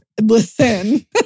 Listen